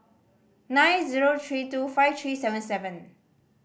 nine zero three two five three seven seven